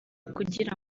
kugira